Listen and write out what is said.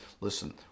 Listen